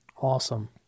Awesome